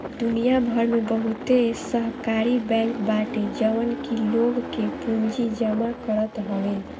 दुनिया भर में बहुते सहकारी बैंक बाटे जवन की लोग के पूंजी जमा करत हवे